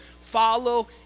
Follow